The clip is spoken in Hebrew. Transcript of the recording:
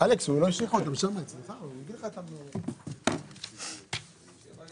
נפסקה בשעה 14:57